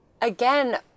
again